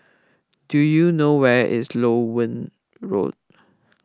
do you know where is Loewen Road